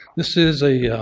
this is a yeah